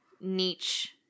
niche